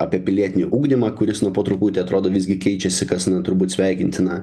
apie pilietinį ugdymą kuris nu po truputį atrodo visgi keičiasi kas turbūt sveikintina